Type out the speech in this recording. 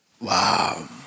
Wow